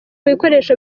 bikoresho